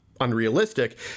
unrealistic